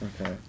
Okay